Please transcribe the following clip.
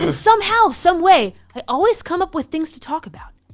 and somehow, some way, i always come up with things to talk about.